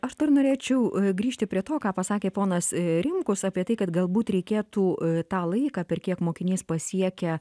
aš dar norėčiau grįžti prie to ką pasakė ponas rimkus apie tai kad galbūt reikėtų tą laiką per kiek mokinys pasiekia